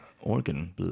Organ